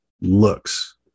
looks